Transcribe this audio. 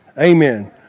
Amen